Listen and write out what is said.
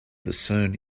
discern